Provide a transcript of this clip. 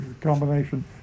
combination